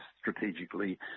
strategically